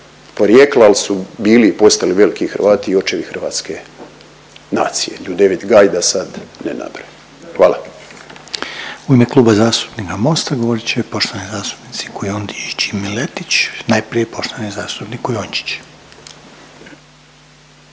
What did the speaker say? porijekla ali su bili i postali veliki Hrvati i očevi hrvatske nacije. Ljudevit Gaj da sad ne nabrajam. Hvala. **Reiner, Željko (HDZ)** U ime Kluba zastupnika Mosta, govorit će poštovani zastupnik Kujundžić i Miletić. Najprije poštovani zastupnik Kujundžić.